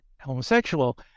homosexual